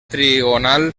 trigonal